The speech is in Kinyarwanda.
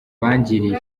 bangiriye